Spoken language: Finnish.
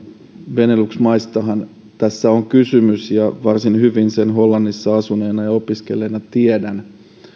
benelux maistahan tässä on kysymys ja varsin hyvin sen hollannissa asuneena ja opiskelleena tiedän